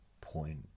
point